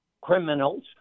criminals—